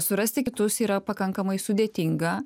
surasti kitus yra pakankamai sudėtinga